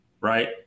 right